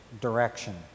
direction